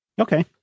okay